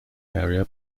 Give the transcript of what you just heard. area